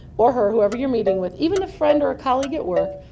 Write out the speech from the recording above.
or her, whoever you're meeting with, even a friend or a colleague at work,